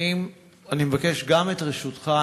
אני מבקש את רשותך,